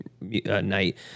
night